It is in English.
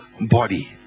body